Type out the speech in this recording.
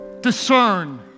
Discern